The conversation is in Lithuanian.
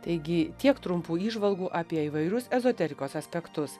taigi tiek trumpų įžvalgų apie įvairius ezoterikos aspektus